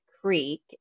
creek